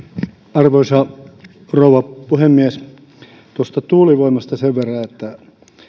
arvoisa rouva puhemies tuulivoimasta sen verran että